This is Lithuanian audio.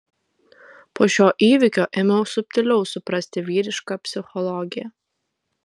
po šio įvykio ėmiau subtiliau suprasti vyrišką psichologiją